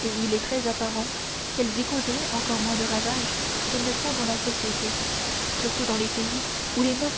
et il est très apparent qu'elles y causeraient encore moins de ravage qu'elles ne font dans la société surtout dans les pays où les moeurs